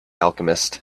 alchemist